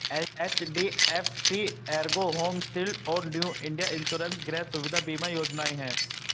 HDFC Ergo home shield और new India insurance गृह सुविधा बीमा योजनाएं हैं